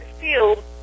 field